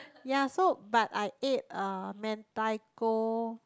ya so but I ate uh Mentaiko